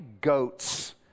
Goats